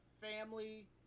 family